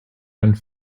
and